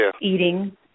eating